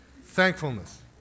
thankfulness